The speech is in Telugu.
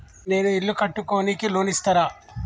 నేను ఇల్లు కట్టుకోనికి లోన్ ఇస్తరా?